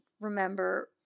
remember